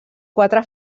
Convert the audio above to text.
quatre